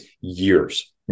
years